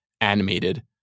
animated